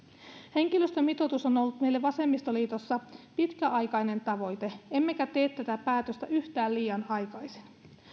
henkilöstömitoitus on ollut meille vasemmistoliitossa pitkäaikainen tavoite emmekä tee tätä päätöstä yhtään liian aikaisin